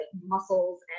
muscles